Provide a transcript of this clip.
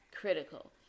critical